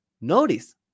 notice